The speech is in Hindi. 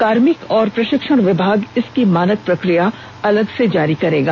कार्मिक और प्रशिक्षण विभाग इसकी मानक प्रक्रिया अलग से जारी करेगा